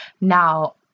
Now